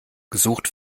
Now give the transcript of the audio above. gesucht